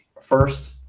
first